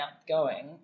outgoing